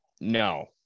no